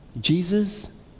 Jesus